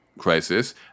crisis